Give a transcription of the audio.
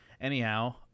Anyhow